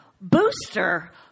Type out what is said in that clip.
booster